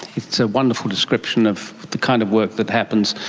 it's a wonderful description of the kind of work that happens,